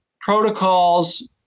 protocols